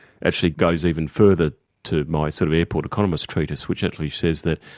actually goes even further to my, sort of, airport economist treatise which actually says that,